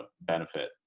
benefit